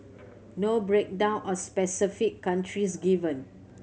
no breakdown of specific countries given